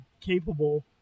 capable